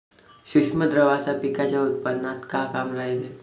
सूक्ष्म द्रव्याचं पिकाच्या उत्पन्नात का काम रायते?